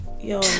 yo